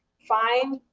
find,